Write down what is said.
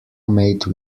made